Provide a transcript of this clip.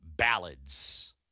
Ballads